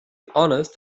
honest